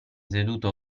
seduto